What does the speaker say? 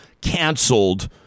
canceled